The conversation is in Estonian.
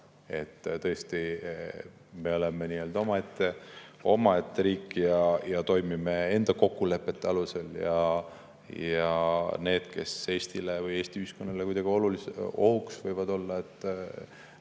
Tõesti, me oleme omaette riik ja toimime enda kokkulepete alusel ja neile, kes Eestile või Eesti ühiskonnale kuidagi ohuks võivad olla, me